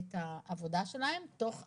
את העבודה שלהם תוך אמירה,